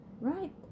right